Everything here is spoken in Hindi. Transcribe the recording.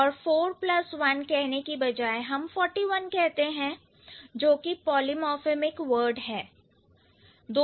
और four प्लस one कहने की बजाय हम बस forty one कहते हैं जो कि एक पॉलीमोर्फेमिक वर्ड है